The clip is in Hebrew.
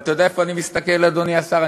אבל אתה יודע איפה אני מסתכל, אדוני השר?